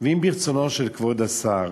ואם ברצונו של כבוד השר